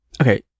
Okay